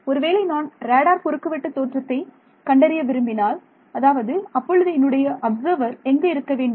ஒருவேளை நான் ராடார் குறுக்குவெட்டுத் தோற்றத்தை கண்டறிய விரும்பினால் அதாவது அப்பொழுது என்னுடைய அப்சர்வர் எங்கு இருக்க வேண்டும்